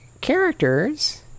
characters